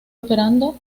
operando